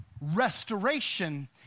restoration